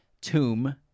tomb